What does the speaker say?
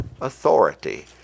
authority